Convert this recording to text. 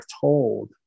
told